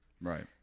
Right